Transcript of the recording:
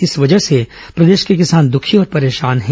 इस वजह से प्रदेश के किसान दुखी और परेशान हैं